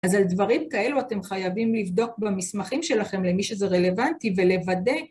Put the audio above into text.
אז על דברים כאלו אתם חייבים לבדוק במסמכים שלכם למי שזה רלוונטי ולוודא.